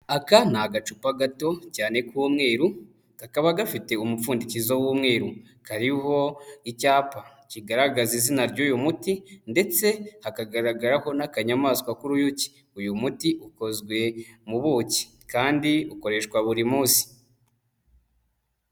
Aka ni agacupa gato cyane k'umweru, kakaba gafite umupfundikizo w'umweruru kariho icyapa kigaragaza izina ry'uyu muti ndetse hakagaragaraho n'akanyamaswa k'uruyuki, uyu muti ukozwe mu buki kandi ukoreshwa buri munsi.